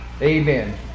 Amen